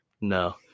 No